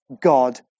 God